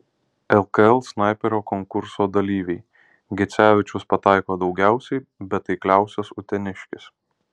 lkl snaiperio konkurso dalyviai gecevičius pataiko daugiausiai bet taikliausias uteniškis